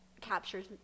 captures